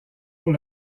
pour